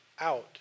out